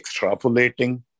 extrapolating